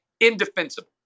indefensible